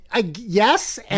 Yes